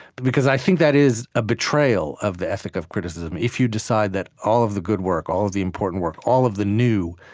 because i think that is a betrayal of the ethic of criticism if you decide that all of the good work, all of the important work, all of the new,